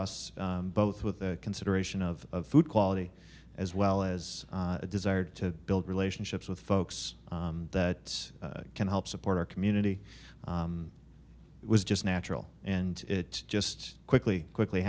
us both with the consideration of food quality as well as desired to build relationships with folks that can help support our community was just natural and it just quickly quickly